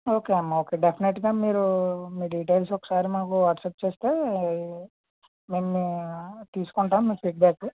okay అమ్మ okay డెఫినెట్గా మీరు మీ డీటైల్స్ ఒకసారి మాకు వాట్సప్ చేస్తే మేము మీ తీసుకుంటాం మీ ఫీడ్ బ్యాకు